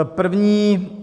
První.